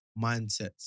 mindsets